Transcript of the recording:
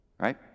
right